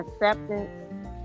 acceptance